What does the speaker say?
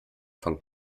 von